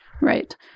Right